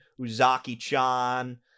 Uzaki-chan